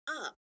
up